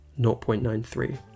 0.93